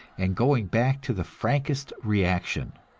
and going back to the frankest reaction.